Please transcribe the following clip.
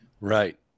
Right